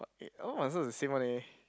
but eh all my answer is the same one leh